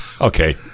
Okay